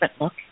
look